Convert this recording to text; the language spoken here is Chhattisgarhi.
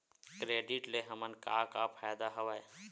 क्रेडिट ले हमन का का फ़ायदा हवय?